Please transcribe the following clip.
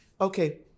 Okay